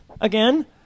Again